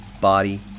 body